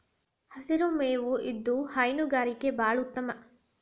ಹಸಿರು ಮೇವು ಇದು ಹೈನುಗಾರಿಕೆ ಬಾಳ ಉತ್ತಮ